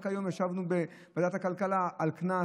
רק היום ישבנו בוועדת הכלכלה על קנס